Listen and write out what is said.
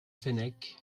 fenech